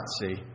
see